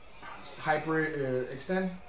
Hyper-extend